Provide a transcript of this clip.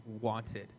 wanted